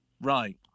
Right